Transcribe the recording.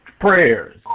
Prayers